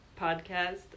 podcast